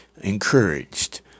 encouraged